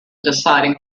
deciding